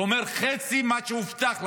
זה אומר חצי ממה שהובטח להם.